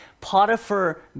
Potiphar